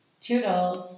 toodles